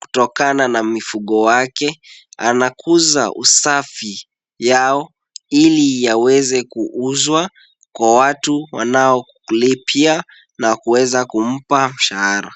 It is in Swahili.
kutokana na mifugo wake anakuza usafi yao ili yaweze kuuzwa kwa watu wanao lipia na kuweza kumpa mshahara.